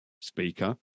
speaker